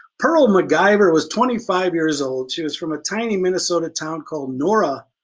pearl mciver was twenty five years old. she was from a tiny minnesota town called nora,